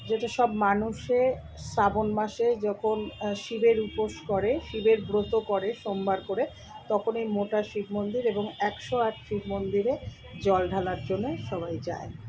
যেটা সব মানুষে শ্রাবণ মাসে যখন শিবের উপোস করে শিবের ব্রত করে সোমবার করে তখন ওই মোটা শিব মন্দির এবং একশো আট শিব মন্দিরে জল ঢালার জন্যে সবাই যায়